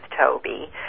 Toby